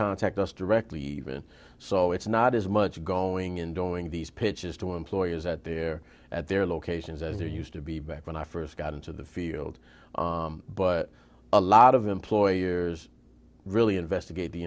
contact us directly even so it's not as much going in doing these pitches to employers that they're at their locations and they're used to be back when i first got into the field but a lot of employers really investigate the